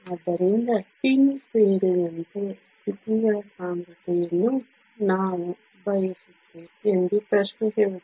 ಆದ್ದರಿಂದ ಸ್ಪಿನ್ ಸೇರಿದಂತೆ ಸ್ಥಿತಿಗಳ ಸಾಂದ್ರತೆಯನ್ನು ನಾವು ಬಯಸುತ್ತೇವೆ ಎಂದು ಪ್ರಶ್ನೆ ಹೇಳುತ್ತದೆ